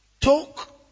Talk